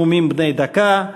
נאומים בני דקה.